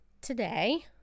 today